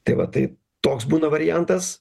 tai va tai toks būna variantas